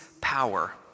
power